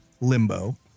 limbo